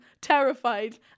terrified